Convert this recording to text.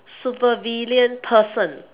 super villain person